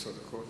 עשר דקות.